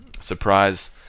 surprise